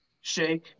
shake